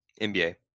NBA